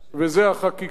וזו החקיקה.